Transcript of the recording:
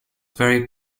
very